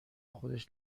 خودش